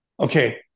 Okay